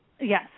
Yes